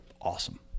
awesome